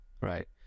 right